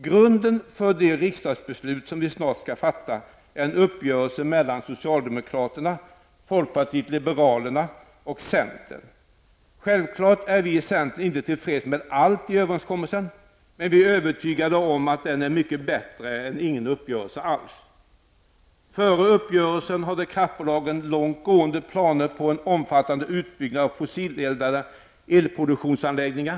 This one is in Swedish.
Grunden för det riksdagsbeslut som vi snart skall fatta är en uppgörelse mellan socialdemokraterna, folkpartiet liberalerna och centern. Självklart är vi i centern inte till freds med allt i överenskommelsen, men vi är övertygade om att den är mycket bättre än ingen uppgörelse alls. Före uppgörelsen hade kraftbolagen långtgående planer på en omfattande utbyggnad av fossileldade elproduktionsanläggningar.